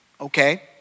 okay